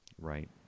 Right